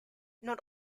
not